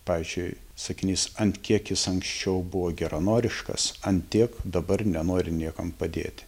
pavyzdžiui sakinys ant kiek jis anksčiau buvo geranoriškas ant tiek dabar nenori niekam padėti